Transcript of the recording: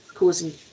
causing